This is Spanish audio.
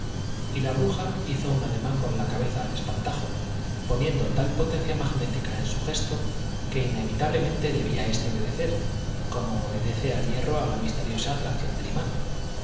y la bruja hizo un ademán con la cabeza al espantajo poniendo tal potencia magnética en su gesto que inevitablemente debía éste obedecer como obedece el hierro a la misteriosa atracción del imán